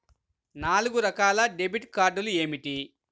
నాలుగు రకాల డెబిట్ కార్డులు ఏమిటి?